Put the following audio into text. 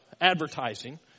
advertising